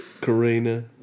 Karina